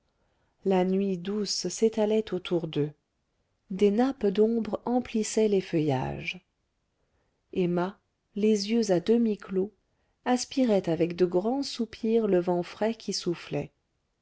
la nuit douce s'étalait autour d'eux des nappes d'ombre emplissaient les feuillages emma les yeux à demi clos aspirait avec de grands soupirs le vent frais qui soufflait